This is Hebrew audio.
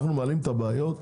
אנחנו מעלים את הבעיות,